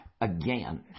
again